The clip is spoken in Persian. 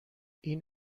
این